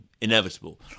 inevitable